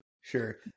Sure